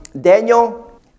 Daniel